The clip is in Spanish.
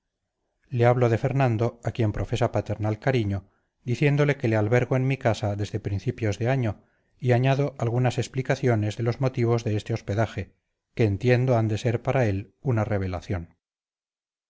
le hablo de fernando a quien profesa paternal cariño diciéndole que le albergo en mi casa desde principios de año y añado algunas explicaciones de los motivos de este hospedaje que entiendo han de ser para él una revelación